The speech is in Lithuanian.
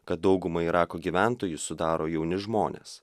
kad daugumą irako gyventojų sudaro jauni žmonės